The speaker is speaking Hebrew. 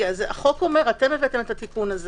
- החוק אומר אתם הבאתם את התיקון הזה